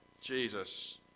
Jesus